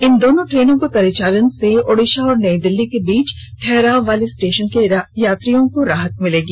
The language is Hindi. इन दोनों ट्रेनों के परिचालन से ओडिशा और नई दिल्ली के बीच ठहराव वाले स्टेशन के यात्रियों को राहत मिलेगी